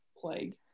plague